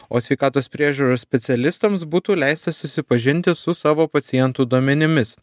o sveikatos priežiūros specialistams būtų leista susipažinti su savo pacientų duomenimis